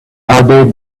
hooded